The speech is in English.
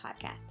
Podcast